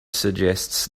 suggests